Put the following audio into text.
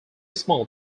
small